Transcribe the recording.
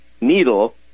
needle